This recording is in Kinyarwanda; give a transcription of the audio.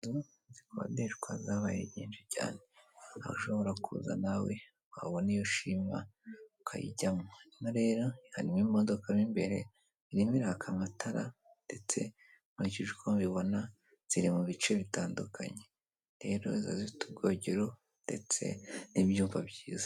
Inzu zikodeshwa zabaye nyinshi cyane, aho ushobora kuza nawe wabona iyo ushima ukayijyamo, ino rero harimo imodoka mo imbere, irimo iraka amatara ndetse nkurikije uko mbibona ziri mu bice bitandukanye, rero zibz zifite ubwogero ndetse n'ibyumba byiza.